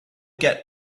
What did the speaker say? get